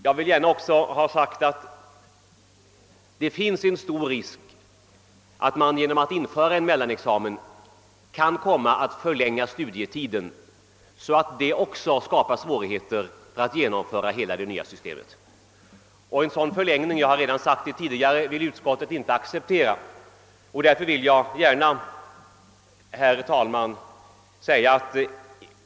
Jag vill gärna också ha sagt att det finns stor risk för att man genom att införa en mellanexamen kan komma att förlänga studietiden, så att det blir svårare att genomföra det nya systemet. En sådan förlängning vill utskottet inte acceptera.